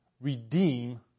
redeem